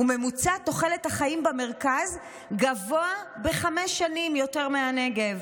ממוצע תוחלת החיים גבוה בחמש שנים יותר מהנגב.